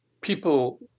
People